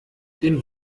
den